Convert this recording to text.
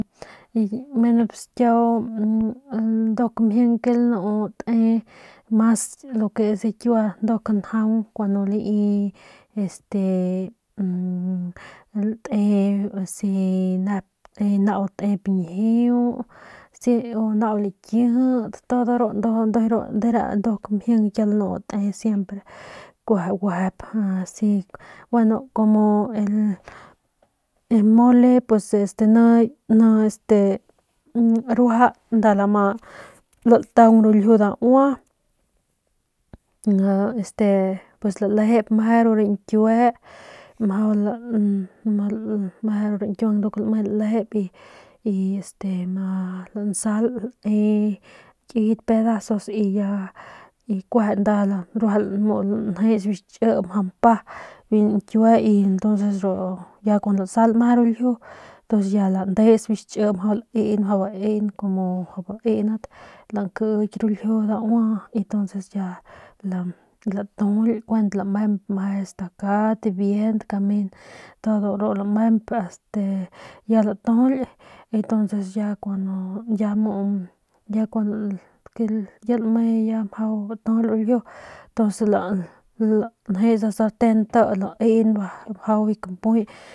Pues kiau mas mjing ke kiau lanu ke te nduk njaung kuandu lai este te asi nep nau tep ñjiu u nau lakijit todo ru nduk de ru mjing kiau lanu te siempre kueje guejep asi gueno como el mole este ni ruaja nda lama lantaung ru ljiu daua este lalejep meje ru rañkiue mjau lae meje ru rañkiuang nduk lame lalejep y este ma lsal le ki pedazos y ya kueje ya lanjes biu chi mjau mpa biu ñkiue y ya kun lasal meje ru ljiu y ya landes ru ljiu en biu chi mjau baen lankiky ru ljiu lankiki ru ljiu daua y entonces ya latujuly kuent lamemp meje stakat dibiejent kamen todo ru lamemp este ya latujuly y entonces ya cuando ya lame ya mjau batujuly ru ljiu ntuns lanjes nda sarten nti laen mjau biu kampuy.